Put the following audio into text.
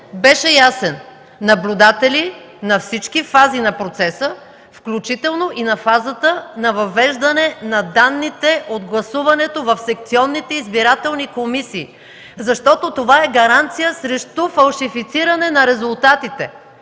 беше ясен: наблюдатели на всички фази на процеса, включително и на фазата на въвеждане на данните от гласуването в секционните избирателни комисии, защото това е гаранция срещу фалшифицирането на резултатите,